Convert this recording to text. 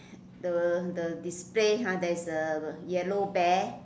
the the display !huh! there's a yellow bear